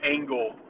Angle